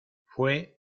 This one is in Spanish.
fue